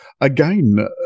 again